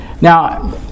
Now